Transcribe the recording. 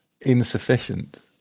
Insufficient